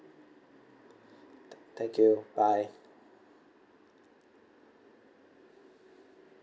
t~ thank you bye